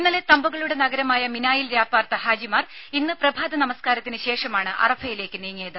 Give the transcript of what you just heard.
ഇന്നലെ തമ്പുകളുടെ നഗരമായ മിനായിൽ രാപ്പാർത്ത ഹാജിമാർ ഇന്ന് പ്രഭാത നമസ്കാരത്തിന് ശേഷമാണ് അറഫയിലേക്ക് നീങ്ങിയത്